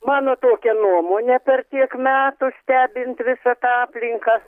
mano tokia nuomonė per tiek metų stebint visą tą aplinką